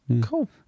cool